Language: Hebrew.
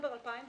מדצמבר 2016